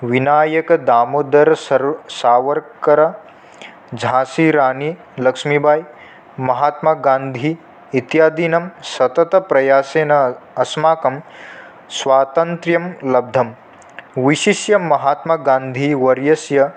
विनायकदामोदर सर्व् सावर्करः झासिराणी लक्ष्मीबाय् महात्मगान्धि इत्यादीनां सतत प्रयासेन अस्माकं स्वातन्त्र्यं लब्धं विशिष्य महात्मगान्धिवर्यस्य